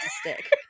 stick